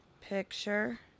picture